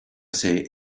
say